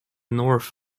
north